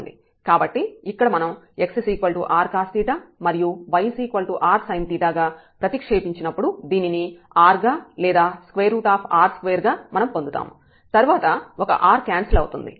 కాబట్టి ఇక్కడ మనం x r cos మరియు y r sin గా ప్రతిక్షేపించినప్పుడు దీనిని r గా లేదా r2 గా మనం పొందుతాము తర్వాత ఒక r క్యాన్సిల్ అవుతుంది